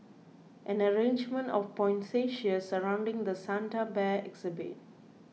an arrangement of poinsettias surrounding the Santa Bear exhibit